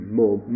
more